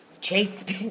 Chased